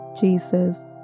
Jesus